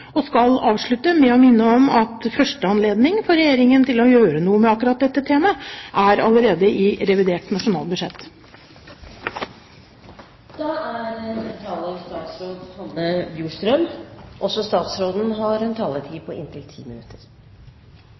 og skal avslutte med å minne om at første anledning for Regjeringen til å gjøre noe med akkurat dette temaet er allerede i revidert nasjonalbudsjett. På